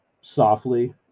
softly